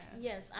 Yes